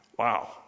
Wow